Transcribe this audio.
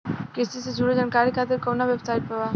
कृषि से जुड़ल जानकारी खातिर कोवन वेबसाइट बा?